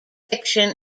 fiction